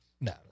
No